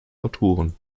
autoren